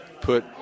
put